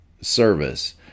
service